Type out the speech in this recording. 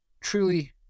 truly